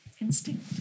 Instinct